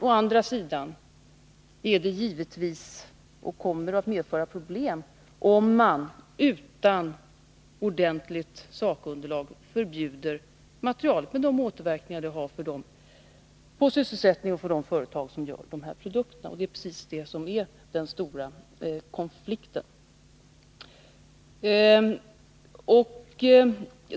Å andra sidan kommer det givetvis att medföra problem, om man utan ordentligt sakunderlag förbjuder materialet, med de återverkningar det har på sysselsättningen och för de företag som gör produkterna. Det är just det som är den stora konflikten.